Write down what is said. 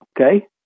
okay